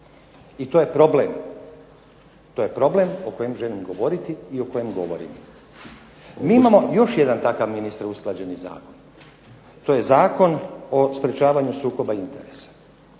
zakone ne provodimo i to je problem o kojem želim govoriti i o kojem govorim. Mi imamo još jedan takav ministre usklađeni zakon. To je Zakon o sprečavanju sukoba interesa…